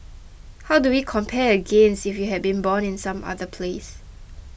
how do we compare against if you had been born in some other place